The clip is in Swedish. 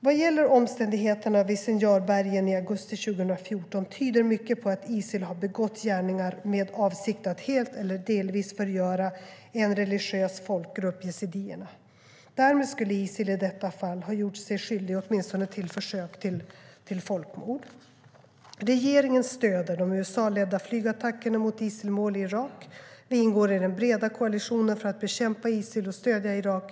Vad gäller omständigheterna vid Sinjarbergen i augusti 2014 tyder mycket på att Isil har begått gärningar med avsikt att helt eller delvis förgöra en religiös folkgrupp, yazidierna. Därmed skulle Isil i detta fall ha gjort sig skyldig åtminstone till försök till folkmord. Regeringen stödjer de USA-ledda flygattackerna mot Isilmål i Irak. Vi ingår i den breda koalitionen för att bekämpa Isil och stödja Irak.